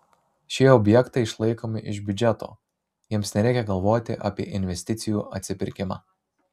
šie objektai išlaikomi iš biudžeto jiems nereikia galvoti apie investicijų atsipirkimą